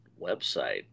website